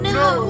no